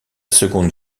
seconde